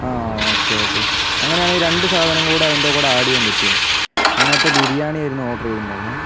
ആ okay okay അങ്ങനെ ആണെങ്കിൽ രണ്ട് സാധനം കൂടെ അതിൻ്റെ കൂടെ ആഡ് ചെയ്യാൻ പറ്റുമോ ഞാൻ നേരത്തെ ബിരിയാണി ആയിരുന്നു ഓർഡർ ചെയ്തിട്ടുണ്ടായിരുന്നത്